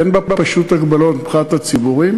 אין בה פשוט הגבלות מבחינת הציבורים,